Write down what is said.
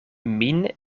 min